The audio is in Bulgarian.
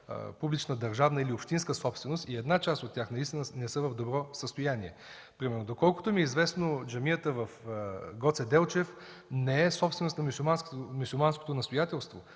публична държавна или общинска собственост. Част от тях наистина не са в добро състояние. Доколкото ми е известно, например джамията в Гоце Делчев не е собственост на мюсюлманското настоятелство.